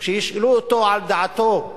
כשישאלו אותו, את דעתו,